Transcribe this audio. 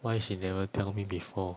why she never tell me before